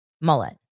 mullet